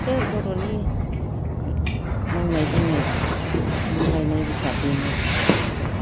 बे बर'नि ओम मावनाय दांनाय ना लायनाय बिसार बिनो आरो